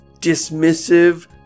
dismissive